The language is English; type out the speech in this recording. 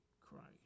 Christ